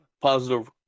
positive